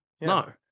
No